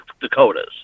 Dakotas